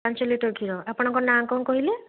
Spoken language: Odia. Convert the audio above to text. ପାଞ୍ଚ ଲିଟର୍ କ୍ଷୀର ଆପଣଙ୍କ ନାଁ କ'ଣ କହିଲେ